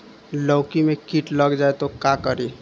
लौकी मे किट लग जाए तो का करी?